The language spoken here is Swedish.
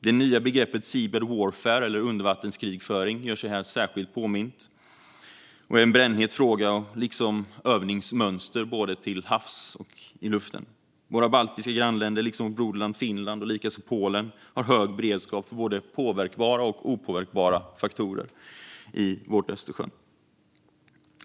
Det nya begreppet seabed warfare, eller undervattenskrigföring, gör sig här särskilt påmint och är en brännhet fråga liksom övningsmönster både till havs och i luften. Våra baltiska grannländer liksom vårt broderland Finland och likaså Polen har hög beredskap för både påverkbara och opåverkbara faktorer i vårt Östersjön.